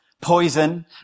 poison